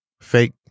fake